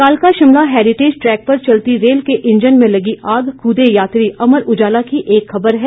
कालका Shimla heritage track पर चलती रेल के इंजन में लगी आग कूदे यात्री अमर उजाला की एक खबर है